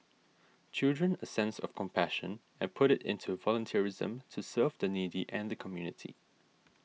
children a sense of compassion and put it into volunteerism to serve the needy and the community